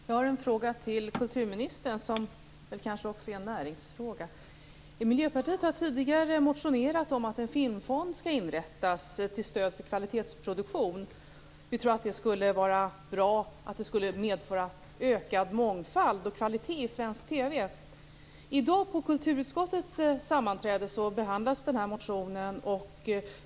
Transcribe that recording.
Fru talman! Jag har en fråga till kulturministern som kanske också är en näringsfråga. Miljöpartiet har tidigare motionerat om att en filmfond skall inrättas till stöd för kvalitetsproduktion. Vi tror att det skulle vara bra och medföra ökad mångfald och kvalitet i svensk TV. På kulturutskottets sammanträde i dag behandlades den här motionen.